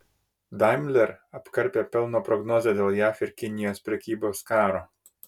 daimler apkarpė pelno prognozę dėl jav ir kinijos prekybos karo